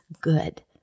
good